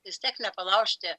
vis tiek nepalaužti